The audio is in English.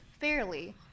fairly